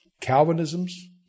Calvinism's